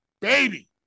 baby